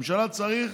ממשלה צריך